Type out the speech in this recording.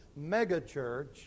megachurch